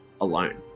alone